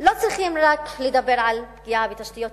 לא צריכים רק לדבר על פגיעה בתשתיות,